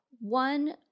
One